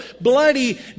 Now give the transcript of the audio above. bloody